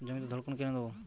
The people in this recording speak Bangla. জমিতে ধড়কন কেন দেবো?